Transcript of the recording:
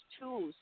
tools